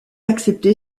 accepté